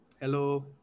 Hello